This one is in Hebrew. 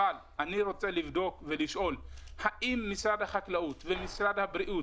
אבל אני רוצה לשאול האם משרד הבריאות ומשרד החקלאות